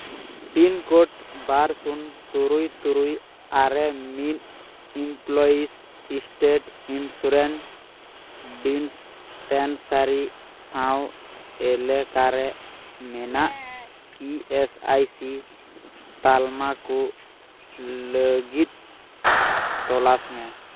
pin code ᱵᱟᱨ ᱥᱩᱱ ᱛᱩᱨᱩᱭ ᱛᱩᱨᱩᱭ ᱟᱨᱮ ᱢᱤᱫ ᱤᱢᱯᱞᱳᱭᱤᱥ ᱥᱴᱮᱴ ᱤᱱᱥᱩᱨᱮᱱᱥ ᱰᱤᱥᱯᱮᱱᱥᱟᱨᱤ ᱥᱟᱶ ᱮᱞᱟᱠᱟ ᱨᱮ ᱢᱮᱱᱟᱜ ᱤ ᱮᱥ ᱟᱭ ᱥᱤ ᱛᱟᱞᱢᱟ ᱠᱚ ᱞᱟᱹᱜᱤᱫ ᱛᱚᱞᱟᱥ ᱢᱮ